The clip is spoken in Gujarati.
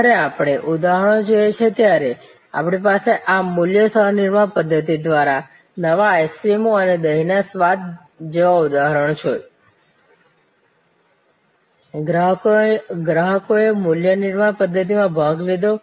જ્યારે આપણે ઉદાહરણો જોઈએ છીએ ત્યારે અમારી પાસે આ મૂલ્ય સહ નિર્માણ પદ્ધતિ દ્વારા નવા આઈસ્ક્રીમ અને દહીંના સ્વાદ જેવા ઉદાહરણો છે ગ્રાહકોએ મૂલ્ય નિર્માણ પદ્ધતિમાં ભાગ લીધો